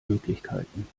möglichkeiten